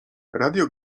radio